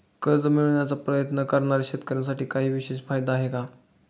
कर्ज मिळवण्याचा प्रयत्न करणाऱ्या शेतकऱ्यांसाठी काही विशेष फायदे आहेत का?